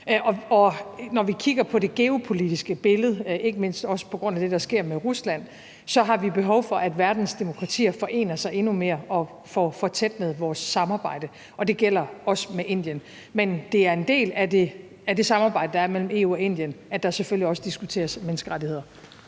og når vi kigger på det geopolitiske billede, ikke mindst også på grund af det, der sker med Rusland, har vi behov for, at verdens demokratier forener sig endnu mere, og at vi får fortættet vores samarbejde, og det gælder også med Indien. Men det er en del af det samarbejde, der er mellem EU og Indien, at der selvfølgelig også diskuteres menneskerettigheder.